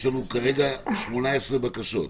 יש לנו כרגע 18 או 20 בקשות.